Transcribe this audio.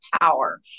power